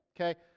Okay